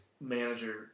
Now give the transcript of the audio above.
manager